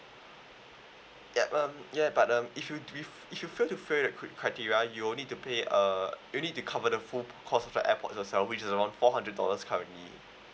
ya um ya but um if you if if you fail to fail that cre~ criteria you would need to pay uh you would need to cover the full cost of the airpods yourself which is around four hundred dollars currently